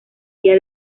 día